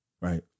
Right